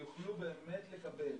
יוכלו באמת לקבל